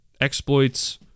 Exploits